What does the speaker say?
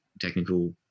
technical